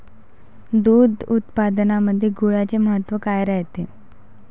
दूध उत्पादनामंदी गुळाचे महत्व काय रायते?